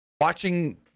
watching